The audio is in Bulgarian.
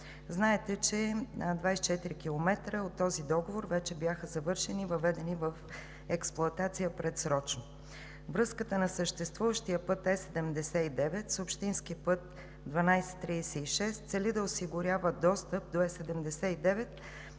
Знаете, че 24 км от този договор вече бяха завършени и въведени в експлоатация предсрочно. Връзката на съществуващия път Е-79 с общински път 12.36 цели да осигурява достъп до Е-79